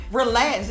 relax